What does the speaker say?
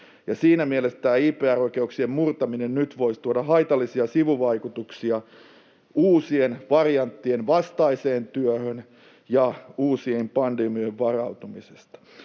siinä mielessä tämä IPR-oikeuksien murtaminen nyt voisi tuoda haitallisia sivuvaikutuksia uusien varianttien vastaiseen työhön ja uusiin pandemioihin varautumiseen.